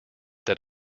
that